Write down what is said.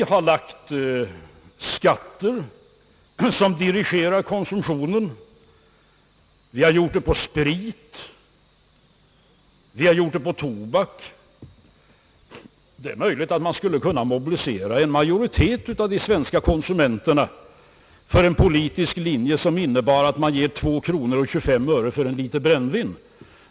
Vi har lagt skatter som dirigerar konsumtionen; vi har gjort det på sprit och på tobak. Det är möjligt att man skulle kunna mobilisera en majoritet av de svenska konsumenterna för en politisk linje som innebar att man tar 2 kronor 25 öre för en liter brännvin.